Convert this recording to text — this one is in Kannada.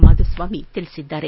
ಮಾಧುಸ್ವಾಮಿ ತಿಳಿಸಿದ್ದಾರೆ